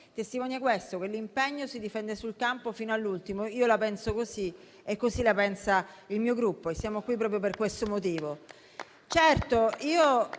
testimonia che l'impegno si difende sul campo fino all'ultimo. Io la penso così, così la pensa il mio Gruppo e siamo qui proprio per questo motivo.